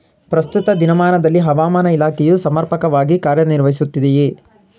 ಪ್ರಸ್ತುತ ದಿನಮಾನದಲ್ಲಿ ಹವಾಮಾನ ಇಲಾಖೆಯು ಸಮರ್ಪಕವಾಗಿ ಕಾರ್ಯ ನಿರ್ವಹಿಸುತ್ತಿದೆಯೇ?